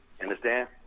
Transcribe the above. Understand